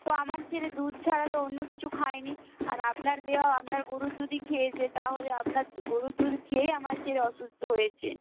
তো আমার ছেলে দুধ ছাড়া তো অন্য কিছু খায় নি আর আপনার দেওয়া আপনার গরুর দুধই খেয়েছে তাহলে আপনার গরুর দুধ খেয়েই আমার ছেলে অসুস্থ হয়েছে